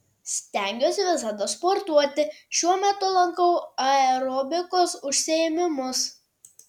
stengiuosi visada sportuoti šiuo metu lankau aerobikos užsiėmimus